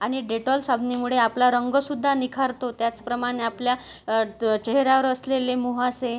आणि डेटॉल साबणामुळे आपला रंगसुद्धा निखारतो त्याचप्रमाणं आपल्या च चेहऱ्यावर असलेले मूहासे